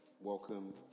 Welcome